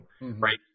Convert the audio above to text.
right